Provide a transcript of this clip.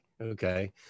okay